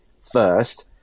first